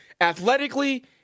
athletically